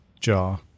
Jar